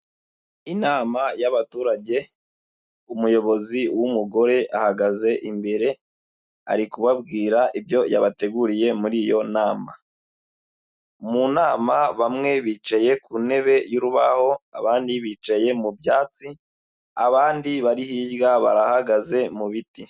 Inama y'abaturage, umuyobozi w'umugore ahagaze imbere, ari kubabwira ibyo yabateguriye muri iyo nama, mu nama bamwe bicaye ku ntebe y'urubaho, abandi bicaye mu byatsi, abandi bari hirya barahagaze mu biti.